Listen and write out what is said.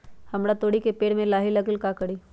हमरा तोरी के पेड़ में लाही लग गेल है का करी?